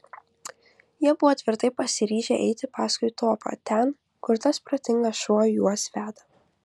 jie buvo tvirtai pasiryžę eiti paskui topą ten kur tas protingas šuo juos veda